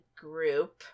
group